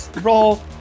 roll